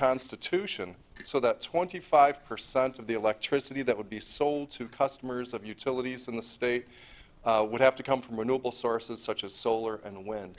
constitution so that twenty five percent of the electricity that would be sold to customers of utilities in the state would have to come from renewable sources such as solar and wind